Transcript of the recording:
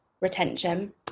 retention